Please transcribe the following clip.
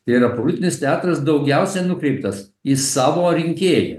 tai yra politinis teatras daugiausia nukreiptas į savo rinkėją